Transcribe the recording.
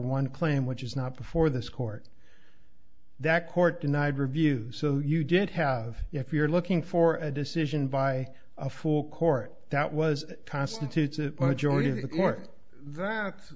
one claim which is not before this court that court denied reviews so you didn't have if you're looking for a decision by a full court that was constitutes a majority of the court that